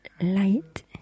light